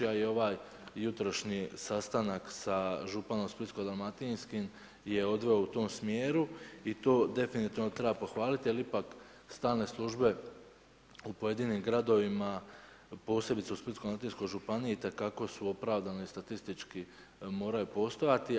A i ovaj jutrošnji sastanak sa županom Splitsko-dalmatinskim je odveo u tom smjeru i to definitivno treba pohvaliti, jer ipak stalne službe u pojedinim gradovima posebice u Splitsko-dalmatinskoj županiji itekako su opravdane i statistički moraju postojati.